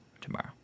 tomorrow